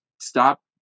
stop